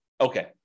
Okay